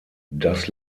das